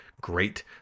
great